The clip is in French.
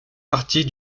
partie